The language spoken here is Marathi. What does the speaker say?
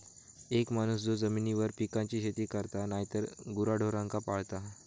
एक माणूस जो जमिनीवर पिकांची शेती करता नायतर गुराढोरांका पाळता